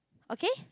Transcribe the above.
okay